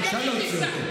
בבקשה להוציא אותו.